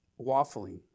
waffling